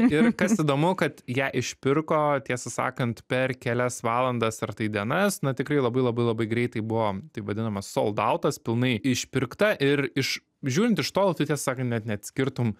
ir kas įdomu kad ją išpirko tiesą sakant per kelias valandas ar tai dienas na tikrai labai labai labai greitai buvo taip vadinamas soldoutas pilnai išpirkta ir iš žiūrint iš tolo tai tiesą sakant net neatskirtum